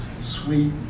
sweet